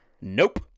Nope